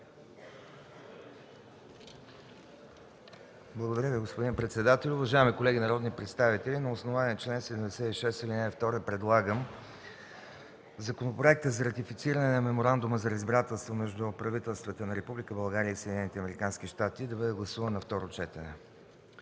Благодаря Ви, господин председател. Уважаеми колеги народни представители, на основание чл. 76, ал. 2 предлагам Законопроектът за ратифициране на Меморандума за разбирателство между правителството на Република България и правителството на Съединените